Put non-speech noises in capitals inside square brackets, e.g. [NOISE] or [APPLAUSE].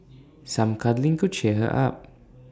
[NOISE] some cuddling could cheer her up